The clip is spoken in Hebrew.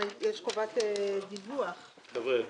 יש גם